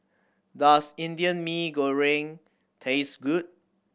does Indian Mee Goreng taste good